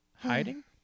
Hiding